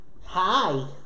hi